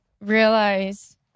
realize